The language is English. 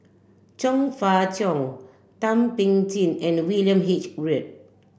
Chong Fah Cheong Thum Ping Tjin and William H Read